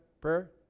prayer